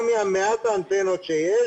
גם ממעט האנטנות שיש